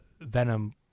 Venom